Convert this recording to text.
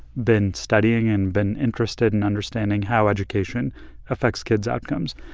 been studying and been interested in understanding how education affects kids' outcomes.